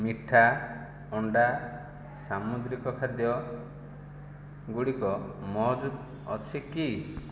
ମିଠା ଅଣ୍ଡା ସାମୁଦ୍ରିକ ଖାଦ୍ୟ ଗୁଡ଼ିକ ମହଜୁଦ ଅଛିକି